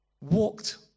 walked